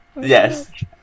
yes